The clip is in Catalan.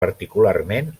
particularment